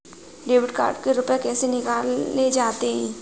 Debit card से रुपये कैसे निकाले जाते हैं?